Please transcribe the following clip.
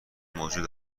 موجود